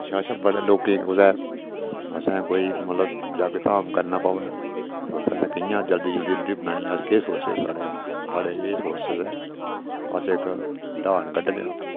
अच्छा असें बड़े लोकें कुतै असें कोई मतलब जग्ग धाम करनी पवै ते उत्थूं दा कियां जल्दी जल्दी रुट्टी बनानी अस केह् सोर्स ऐ साढ़ै साढ़े एह् सोर्स न अस इक ड्हान कड्ढने आं